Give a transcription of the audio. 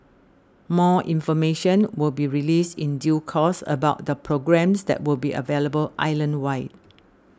more information will be released in due course about the programmes that will be available island wide